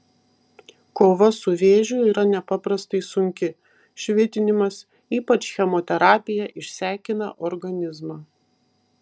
kova su vėžiu yra nepaprastai sunki švitinimas ypač chemoterapija išsekina organizmą